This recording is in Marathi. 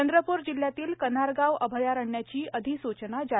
चंद्रपूर जिल्ह्यातील कन्हारगाव अभयारण्याची अधिसूचना जारी